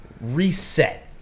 reset